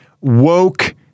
woke